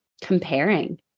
comparing